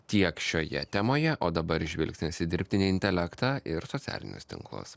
tiek šioje temoje o dabar žvilgsnis į dirbtinį intelektą ir socialinius tinklus